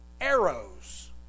arrows